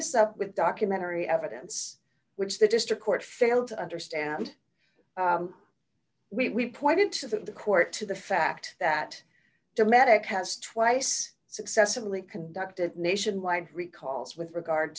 this up with documentary evidence which the district court failed to understand we pointed to that the court to the fact that dramatic has twice successively conducted nationwide recalls with regard